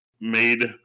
made